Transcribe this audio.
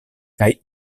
kaj